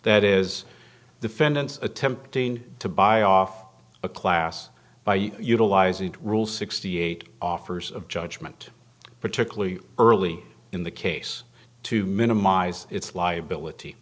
that is the fence attempting to buy off a class by utilizing rule sixty eight offers of judgment particularly early in the case to minimize its liability